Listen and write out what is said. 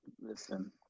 Listen